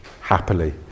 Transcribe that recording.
happily